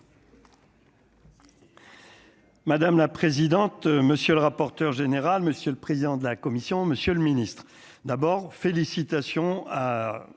Madame la présidente, monsieur le rapporteur général, monsieur le président de la Commission, monsieur le Ministre, d'abord, félicitations à